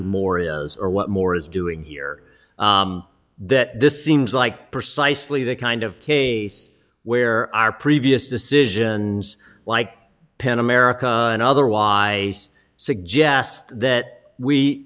moreas or what moore is doing here that this seems like precisely the kind of case where our previous decisions like ten america and otherwise suggest that we